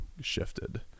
shifted